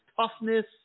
toughness